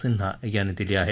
सिन्हा यांनी दिली आहे